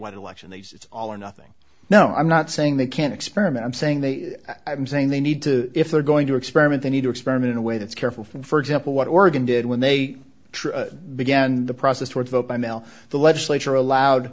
wide election they say it's all or nothing now i'm not saying they can't experiment i'm saying they are saying they need to if they're going to experiment they need to experiment in a way that's careful from for example what oregon did when they try began the process towards vote by mail the legislature allowed